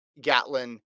Gatlin